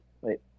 Wait